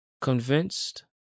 Convinced